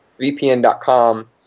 VPN.com